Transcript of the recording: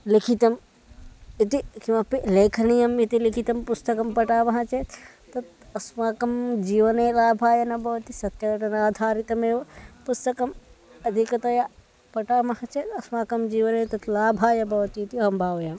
लिखितम् इति किमपि लेखनीयम् इति लिखितं पुस्तकं पठामः चेत् तत् अस्माकं जीवने लाभाय न भवति सत्यघटनाम् आधारितमेव पुस्तकम् अधिकतया पठामः चेत् अस्माकं जीवने तत् लाभाय भवति इति अहं भावयामि